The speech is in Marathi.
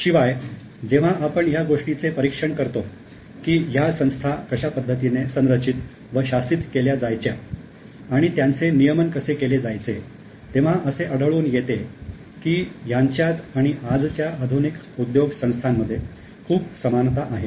शिवाय जेव्हा आपण ह्या गोष्टीचे परीक्षण करतो की ह्या संस्था कशा पद्धतीने संरचित व शासित केल्या जायच्या आणि त्यांचे नियमन कसे केले जायचे तेव्हा असे आढळून येते की यांच्यात आणि आजच्या आधुनिक उद्योग संस्था मध्ये खूप समानता आहे